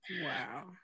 wow